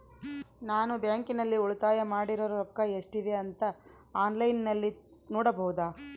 ನಾನು ಬ್ಯಾಂಕಿನಲ್ಲಿ ಉಳಿತಾಯ ಮಾಡಿರೋ ರೊಕ್ಕ ಎಷ್ಟಿದೆ ಅಂತಾ ಆನ್ಲೈನಿನಲ್ಲಿ ನೋಡಬಹುದಾ?